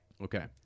okay